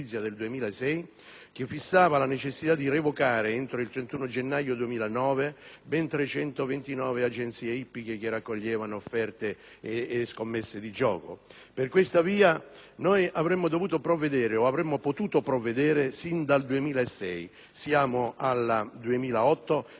ben 329 agenzie ippiche che raccoglievano scommesse di gioco. Per questa via, noi avremmo dovuto o potuto provvedere sin dal 2006. Siamo al 2008; evidentemente un po' di tempo se l'è preso il Governo precedente, un po' meno questo Governo,